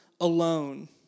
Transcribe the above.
alone